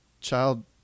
child